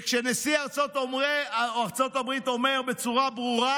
כשנשיא ארצות הברית אומר בצורה ברורה: